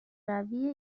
روی